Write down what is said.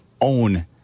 own